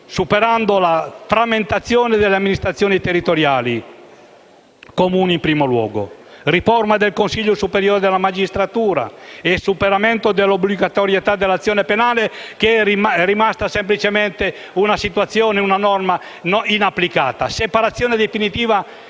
superamenti della frammentazione delle amministrazioni territoriali, Comuni in primo luogo; riforma del Consiglio superiore della magistratura, superamento dell'obbligatorietà dell'azione penale (che è rimasta una norma inapplicata) e separazione definitiva